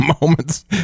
moments